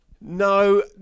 No